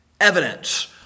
evidence